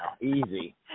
Easy